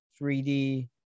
3D